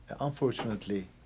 unfortunately